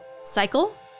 cycle